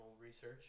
research